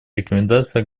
рекомендации